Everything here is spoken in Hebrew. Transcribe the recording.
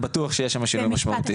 בטוח שיש שם שינוי משמעותי.